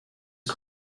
que